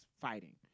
fighting